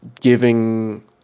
giving